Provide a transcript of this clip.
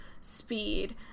speed